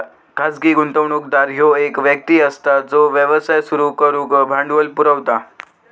खाजगी गुंतवणूकदार ह्यो एक व्यक्ती असता जो व्यवसाय सुरू करुक भांडवल पुरवता